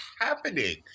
happening